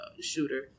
shooter